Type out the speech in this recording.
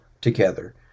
together